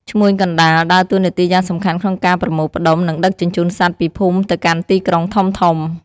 ឈ្មួញកណ្តាល ដើរតួនាទីយ៉ាងសំខាន់ក្នុងការប្រមូលផ្តុំ និងដឹកជញ្ជូនសត្វពីភូមិទៅកាន់ទីក្រុងធំៗ។